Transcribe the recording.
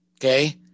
Okay